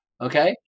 Okay